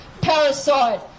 Parasite